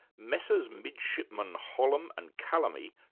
messrs midshipman hollum and calamy,